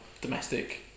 domestic